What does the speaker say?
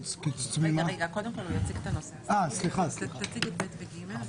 להציג דן?